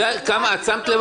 במקום שתהיה התראה